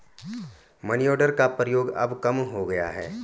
money order का प्रयोग अब कम हो गया है